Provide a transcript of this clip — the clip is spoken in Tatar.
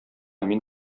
мин